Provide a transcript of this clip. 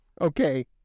Okay